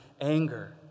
anger